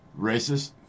racist